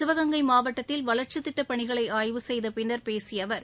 சிவகங்கை மாவட்டத்தில் வளர்ச்சித் திட்டப் பணிகளை ஆய்வு செய்த பின்னர் பேசிய அவர்